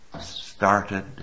started